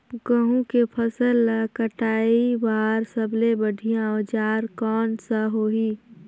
गहूं के फसल ला कटाई बार सबले बढ़िया औजार कोन सा होही?